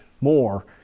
more